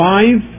Five